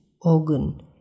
organ